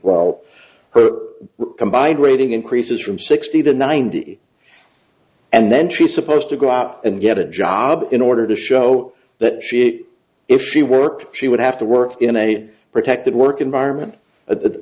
e her combined rating increases from sixty to ninety and then she's supposed to go out and get a job in order to show that she if she worked she would have to work in a protected work environment but